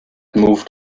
moved